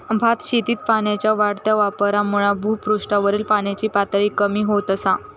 भातशेतीत पाण्याच्या वाढत्या वापरामुळा भुपृष्ठावरील पाण्याची पातळी कमी होत असा